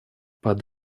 под